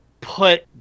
put